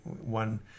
one